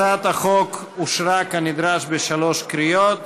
הצעת החוק אושרה כנדרש בשלוש קריאות.